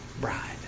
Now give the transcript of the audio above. bride